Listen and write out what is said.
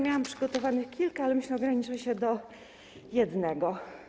Miałam przygotowanych kilka pytań, ale myślę, że ograniczę się do jednego.